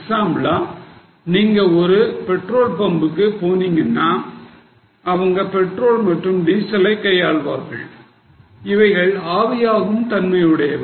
எக்ஸாம்ளா நீங்க ஒரு பெட்ரோல் பம்புக்கு போனீங்கன்னா அவங்க பெட்ரோல் மற்றும் டீசலை கையாள்வார்கள் இவைகள் ஆவியாகும் தன்மையுடையவை